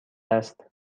است